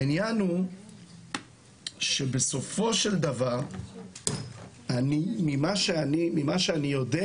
העניין הוא שבסופו של דבר ממה שאני יודע,